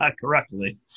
correctly